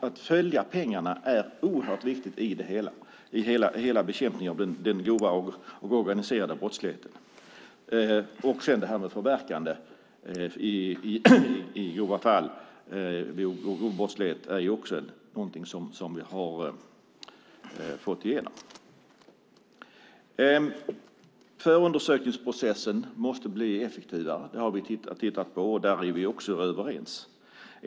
Att följa pengarna är nämligen oerhört viktigt i bekämpningen av den grova, organiserade brottsligheten. Sedan har vi också frågan om förverkande vid grov brottslighet. Även det har vi fått igenom. Förundersökningsprocessen måste bli effektivare. Vi har tittat på den och är överens.